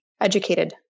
educated